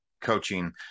coaching